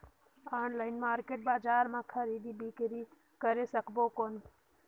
Online market बजार मां खरीदी बीकरी करे सकबो कौन?